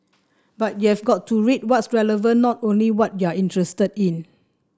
but you have got to read what's relevant not only what you're interested in